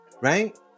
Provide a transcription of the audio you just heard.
Right